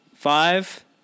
five